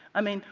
i mean,